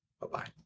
Bye-bye